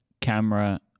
camera